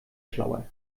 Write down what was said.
schlauer